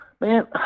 Man